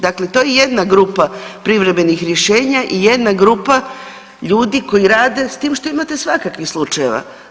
Dakle, to je jedna grupa privremenih rješenja i jedna grupa ljudi koji rade s tim što imate svakakvih slučajeva.